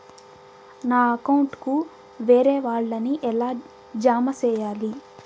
నా అకౌంట్ కు వేరే వాళ్ళ ని ఎలా జామ సేయాలి?